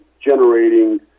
generating